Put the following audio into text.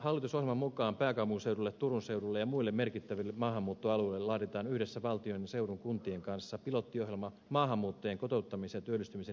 hallitusohjelman mukaan pääkaupunkiseudulle turun seudulle ja muille merkittäville maahanmuuttoalueille laaditaan yhdessä valtion ja seudun kuntien kanssa pilottiohjelma maahanmuuttajien kotouttamisen ja työllistymisen edistämiseksi